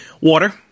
Water